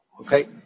okay